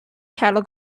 cattle